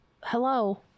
hello